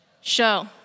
Show